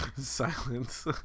Silence